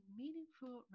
meaningful